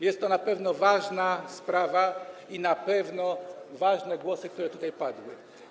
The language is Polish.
Jest to na pewno ważna sprawa i na pewno ważne są głosy, które tutaj padły.